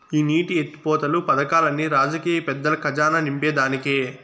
ఈ నీటి ఎత్తిపోతలు పదకాల్లన్ని రాజకీయ పెద్దల కజానా నింపేదానికే